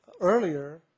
Earlier